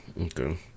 Okay